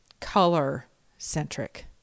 color-centric